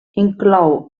inclou